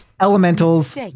elementals